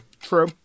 True